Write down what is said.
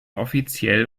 offiziell